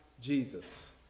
Jesus